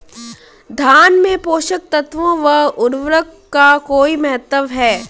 धान में पोषक तत्वों व उर्वरक का कोई महत्व है?